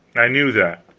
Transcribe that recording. i knew that,